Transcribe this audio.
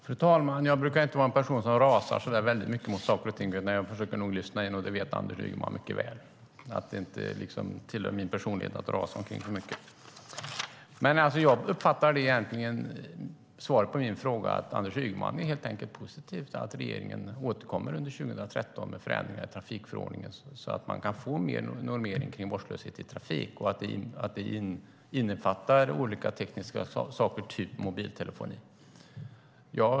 Fru talman! Jag brukar inte rasa så väldigt mycket mot saker och ting. Jag försöker att lyssna, och det vet Anders Ygeman mycket väl. Det tillhör inte min personlighet att rasa omkring så mycket. Jag uppfattar svaret på min fråga så att Anders Ygeman är positiv till att regeringen återkommer under 2013 med förändringar i trafikförordningen så att vi kan få en bättre normering kring vårdslöshet i trafik och att det innefattar olika tekniska saker, till exempel mobiltelefoni.